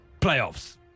Playoffs